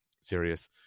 serious